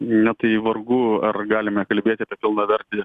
na tai vargu ar galime kalbėti apie pilnavertį